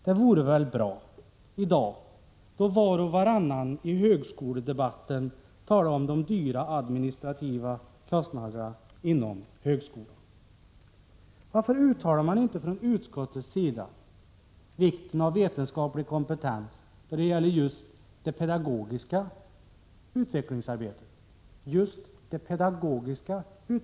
Det vore väl bra, i dag då var och varannan i högskoledebatten talar om de höga administrativa kostnaderna inom högskolan. Varför uttalar man inte från utskottets sida vikten av vetenskaplig kompetens då det gäller just det pedagogiska utvecklingsarbetet?